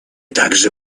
также